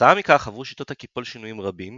כתוצאה מכך עברו שיטות הקיפול שינויים רבים,